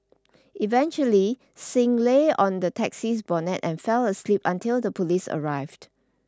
eventually Singh lay on the taxi's bonnet and fell asleep until the police arrived